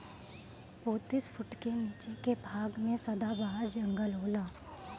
पैतीस फुट के नीचे के भाग में सदाबहार जंगल होला